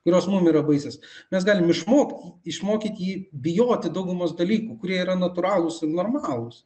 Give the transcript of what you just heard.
kurios mum yra baisios mes galim išmokt išmokyti jį bijoti daugumos dalykų kurie yra natūralūs ir normalūs